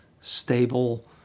stable